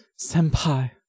senpai